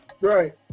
Right